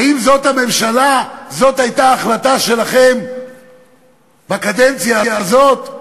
האם זאת הממשלה זאת הייתה החלטה שלכם בקדנציה הזאת?